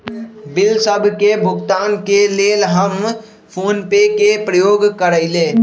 bill सभ के भुगतान के लेल हम फोनपे के प्रयोग करइले